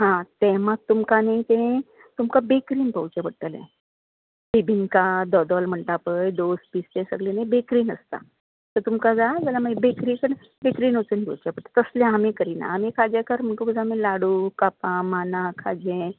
हां तें मात तुमका न्हय तें तुमका बेकरीन पळोवंचें पडटलें बिंबींका दोदोल म्हणटा पळय दोस बी हें सगळें बेकरीन आसता सो तुमकां जाय जाल्यार मागीर बेकरीन वचून पळोवंचें पडटलें तसलें आमी करना आमी खाजेकार म्हणटकच आमी लाडू कापां मानां खाजें